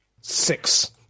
Six